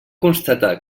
constatar